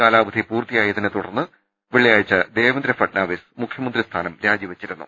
കാലാ വധി പൂർത്തിയായതിനെ തുടർന്ന് വെള്ളിയാഴ്ച ദേവേന്ദ്ര ഫഡ്നാ വിസ് മുഖ്യമന്ത്രിസ്ഥാനം രാജിവെച്ചിരുന്നു